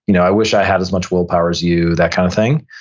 you know i wish i had as much willpower as you, that kind of thing.